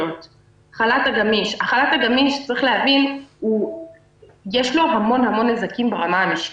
החל"ת הגמיש צריך להבין שיש לו המון המון נזקים ברמה המשקית.